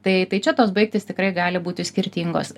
tai tai čia tos baigtys tikrai gali būti skirtingos